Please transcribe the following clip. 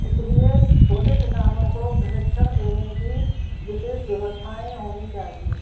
इस लिए छोटे किसानों को प्रशिक्षण देने की विशेष व्यवस्थाएं होनी चाहिए